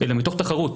אלא מתוך תחרות.